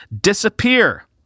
disappear